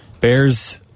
Bears-